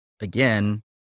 again